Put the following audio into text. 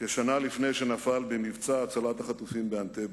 כשנה לפני שנפל במבצע הצלת החטופים באנטבה.